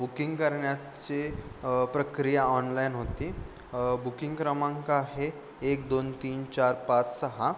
booking करण्याचे प्रक्रिया online होती बुकिंग क्रमांक आहे एक दोन तीन चार पाच सहा